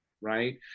right